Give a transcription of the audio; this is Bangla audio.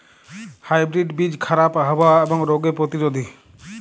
হাইব্রিড বীজ খারাপ আবহাওয়া এবং রোগে প্রতিরোধী